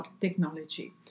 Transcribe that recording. technology